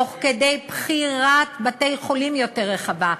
תוך כדי בחירת בתי-חולים רחבה יותר,